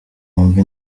wumve